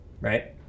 right